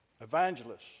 evangelists